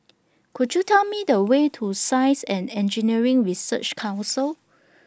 Could YOU Tell Me The Way to Science and Engineering Research Council